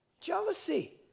Jealousy